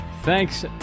Thanks